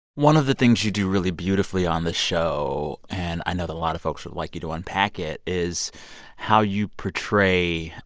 one of the things you do really beautifully on the show, and i know that a lot of folks would like you to unpack it, is how you portray,